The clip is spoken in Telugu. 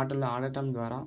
ఆటలు ఆడటం ద్వారా